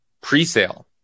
pre-sale